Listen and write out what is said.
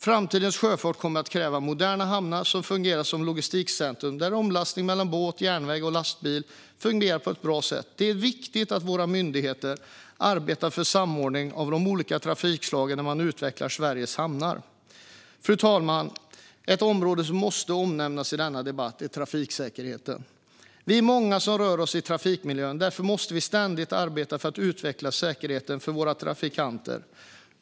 Framtidens sjöfart kommer att kräva moderna hamnar som fungerar som logistikcentrum, där omlastning mellan båt, järnväg och lastbil fungerar på ett bra sätt. Det är viktigt att våra myndigheter arbetar för samordning av de olika trafikslagen när Sveriges hamnar utvecklas. Fru talman! Ett område som måste omnämnas i denna debatt är trafiksäkerheten. Vi är många som rör oss i trafikmiljön. Därför måste vi ständigt arbeta för att utveckla säkerheten för våra trafikanter.